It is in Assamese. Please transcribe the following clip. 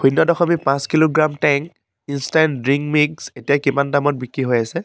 শূণ্য দশমিক পাঁচ kilogram Tang instant drink mix এতিয়া কিমান দামত বিক্ৰী হৈ আছে